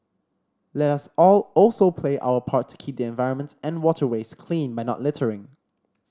let us all also play our part to keep the environment and waterways clean by not littering